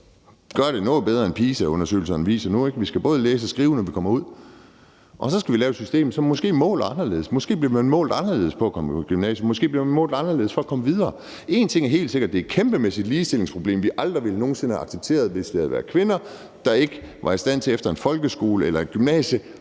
gøre det noget bedre, end PISA-undersøgelserne viser nu. Vi skal både kunne læse og skrive, når vi kommer ud. Og så skal vi lave et system, som måske måler anderledes. Måske skal man måles anderledes for at kunne komme på gymnasiet, måske skal man måles anderledes for at komme videre. Én ting er helt sikker: Det er et kæmpemæssigt ligestillingsproblem, vi aldrig nogen sinde ville have accepteret, hvis det havde været kvinder, der ikke var i stand til efter en folkeskoleuddannelse